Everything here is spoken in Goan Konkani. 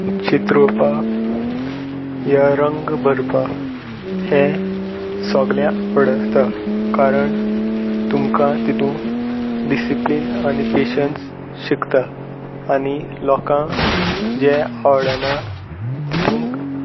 चित्रोवपाक या रंग भरपाक हें सोगलें आवडता कारण तुमकां तितू डिसिप्लीन आनी पेशन्स शिकता आनी लोकांक जें आवडना तितूं